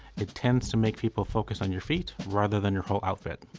it tends to make people focus on your feet, rather than your whole outfit.